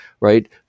right